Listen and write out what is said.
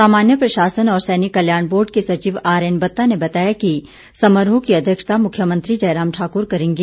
सामान्य प्रशासन और सैनिक कल्याण बोर्ड के सचिव आरएन बत्ता ने बताया कि समारोह की अध्यक्षता मुख्यमंत्री जयराम ठाकुर करेंगे